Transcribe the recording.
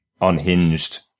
unhinged